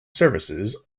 services